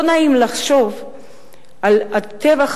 לא נעים לחשוב על הטבח